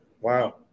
Wow